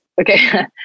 Okay